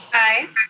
aye.